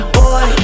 boy